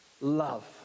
love